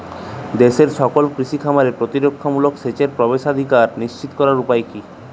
দেশের সকল কৃষি খামারে প্রতিরক্ষামূলক সেচের প্রবেশাধিকার নিশ্চিত করার উপায় কি?